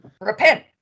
Repent